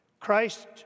Christ